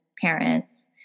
parents